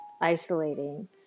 isolating